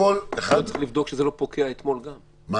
צריך לבדוק שזה לא פוקע אתמול גם,